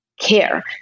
care